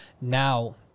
now